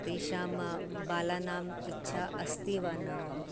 तेषां बालानाम् इच्छा अस्ति वा न